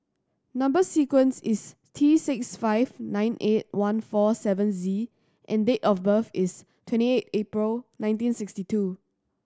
number sequence is T six five nine eight one four seven Z and date of birth is twenty eight April nineteen sixty two